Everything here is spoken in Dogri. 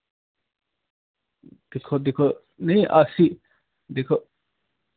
दिक्खो दिक्खो नेईं अस्सी दिक्खो